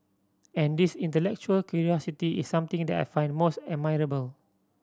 and this intellectual curiosity is something that I find most admirable